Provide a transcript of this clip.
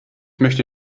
möchte